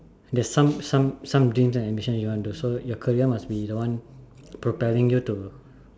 there's some some some dreams and ambition you want to do so your career must be the one propelling you to